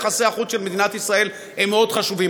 יחסי החוץ של מדינת ישראל הם מאוד חשובים,